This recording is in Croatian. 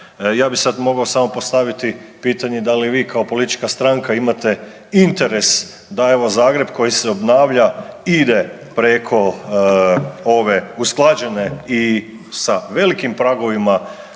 Ja bih sad mogao samo postaviti pitanje da li vi kao politička stranka imate interes da evo Zagreb koji se obnavlja ide preko ove usklađene i sa velikim pragovima